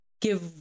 give